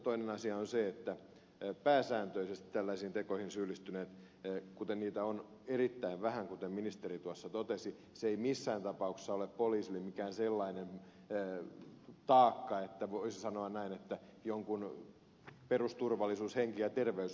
toinen asia on se että pääsääntöisesti tällaisiin tekoihin syyllistyneitä on erittäin vähän kuten ministeri tuossa totesi eikä se missään tapauksessa ole poliisille mikään sellainen taakka että voisi sanoa näin että jonkun perusturvallisuus henki ja terveys vaarantuvat